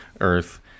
Earth